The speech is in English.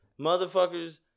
motherfuckers